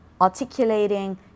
articulating